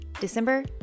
December